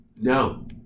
No